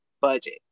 budget